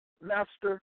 master